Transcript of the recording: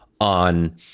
on